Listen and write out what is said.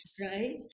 Right